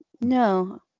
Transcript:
No